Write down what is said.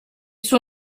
suo